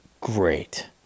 Great